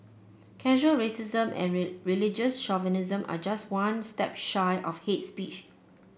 casual racism and religious chauvinism are just one step shy of hate speech